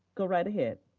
go right ahead.